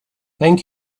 thank